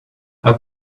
add